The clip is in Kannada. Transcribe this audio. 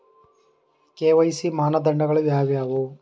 ಕೆ.ವೈ.ಸಿ ಮಾನದಂಡಗಳು ಯಾವುವು?